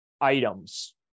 items